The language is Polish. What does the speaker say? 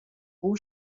pół